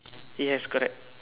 yes correct